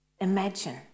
Imagine